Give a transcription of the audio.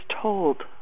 told